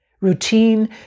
routine